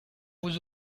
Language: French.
vous